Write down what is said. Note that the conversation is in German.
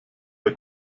der